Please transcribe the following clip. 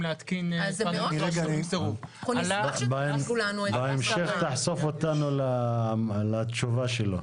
להתקין פאנלים --- בהמשך תחשוף אותנו לתשובה שלו.